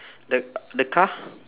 the the car